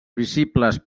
visibles